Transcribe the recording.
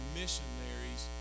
missionaries